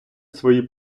свої